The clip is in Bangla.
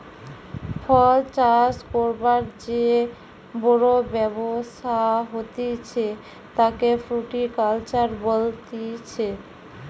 ফল চাষ করবার যে বড় ব্যবসা হতিছে তাকে ফ্রুটিকালচার বলতিছে